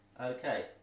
Okay